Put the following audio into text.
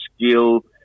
skill